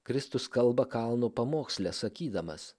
kristus kalba kalno pamoksle sakydamas